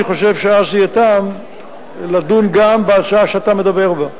אני חושב שאז יהיה טעם לדון גם בהצעה שאתה מדבר בה.